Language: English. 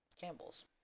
Campbell's